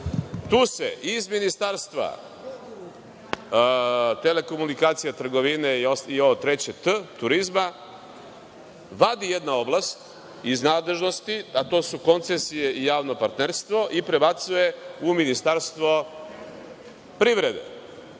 se iz Ministarstva telekomunikacija, trgovine i ovo treće „t“, turizma, vadi jedna oblast iz nadležnosti, a to su koncesije i javno partnerstvo, i prebacuje u Ministarstvo privrede.